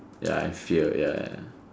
ya I fail ya ya